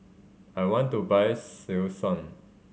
I want to buy Selsun